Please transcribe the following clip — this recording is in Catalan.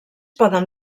poden